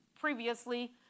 previously